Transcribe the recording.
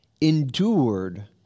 endured